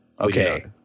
Okay